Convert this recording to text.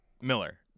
Miller